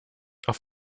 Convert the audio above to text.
auf